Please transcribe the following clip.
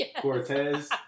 Cortez